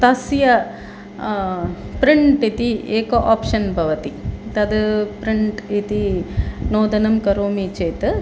तस्य प्रिण्ट् इति एकम् आप्शन् भवति तद् प्रिण्ट् इति नोदनं करोमि चेत्